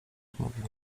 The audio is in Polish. odmówił